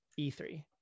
E3